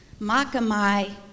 Makamai